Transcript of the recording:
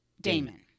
Damon